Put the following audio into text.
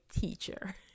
teacher